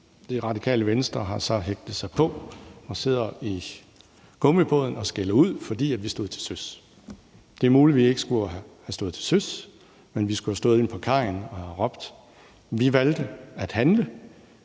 mål. Radikale Venstre har så hægtet sig på og sidder i gummibåden og skælder ud, fordi vi stod til søs. Det er muligt, at vi ikke skulle have stået til søs, men at vi skulle have stået inde på kajen og have råbt. Men vi valgte at handle,